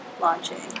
launching